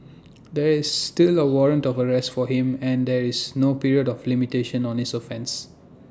there is still A warrant of arrest for him and there is no period of limitation on his offence